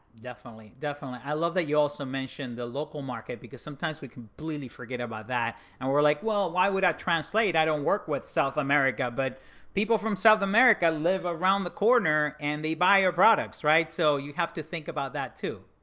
definitely. definitely. i love that you also mentioned the local market because sometimes we completely forget about that and we're like, well why would i translate? i don't work with south america, but people from south america live around the corner and they buy your products, right? so you have to think about that too.